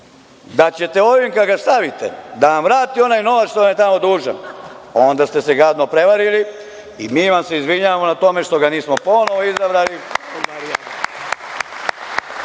da ćete ako ga ovde stavite da vam vrati onaj novac što vam je tamo dužan, onda ste se gadno prevarili i mi vam se izvinjavamo na tome što ga nismo ponovo izabrali